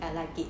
I like it